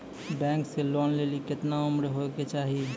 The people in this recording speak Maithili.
बैंक से लोन लेली केतना उम्र होय केचाही?